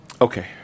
Okay